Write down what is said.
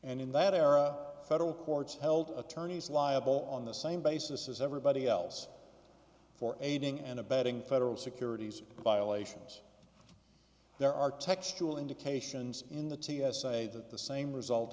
and in that era federal courts held attorneys liable on the same basis as everybody else for aiding and abetting federal securities violations there are textural indications in the t s a that the same result